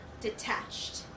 detached